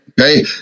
Okay